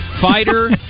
Fighter